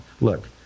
look